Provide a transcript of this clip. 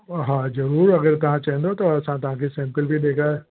हा ज़रूरु अगरि तव्हां चवंदव त असां तव्हांखे सैंपिल बि डेखार